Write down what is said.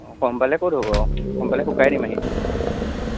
অঁ কম পালে ক'ত হ'ব কম পালে শুকাই দিম আহি